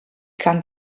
kann